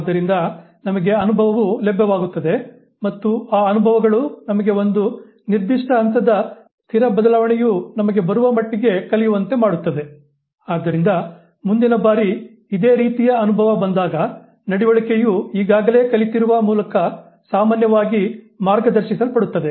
ಆದ್ದರಿಂದ ನಮಗೆ ಅನುಭವವು ಲಭ್ಯವಾಗುತ್ತದೆ ಮತ್ತು ಆ ಅನುಭವಗಳು ನಮಗೆ ಒಂದು ನಿರ್ದಿಷ್ಟ ಹಂತದ ಸ್ಥಿರ ಬದಲಾವಣೆಯು ನಮಗೆ ಬರುವ ಮಟ್ಟಿಗೆ ಕಲಿಯುವಂತೆ ಮಾಡುತ್ತದೆ ಆದ್ದರಿಂದ ಮುಂದಿನ ಬಾರಿ ಇದೇ ರೀತಿಯ ಅನುಭವ ಬಂದಾಗ ನಡವಳಿಕೆಯು ಈಗಾಗಲೇ ಕಲಿತಿರುವ ಮೂಲಕ ಸಾಮಾನ್ಯವಾಗಿ ಮಾರ್ಗದರ್ಶಿಸಲ್ಪಡುತ್ತದೆ